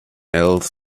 else